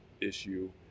issue